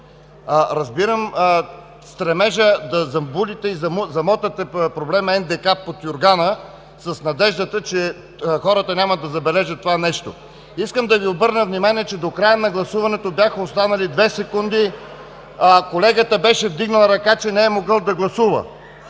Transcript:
Разбирам стремежа да забулите и замятате проблема НДК под юргана с надеждата, че хората няма да забележат това нещо. Искам да Ви обърна внимание, че до края на гласуването бяха останали две секунди, а колегата беше вдигнал ръка, че не е могъл да гласува.